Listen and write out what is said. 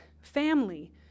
family